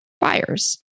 buyers